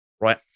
Right